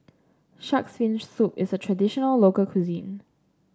shark's fin soup is a traditional local cuisine